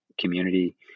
community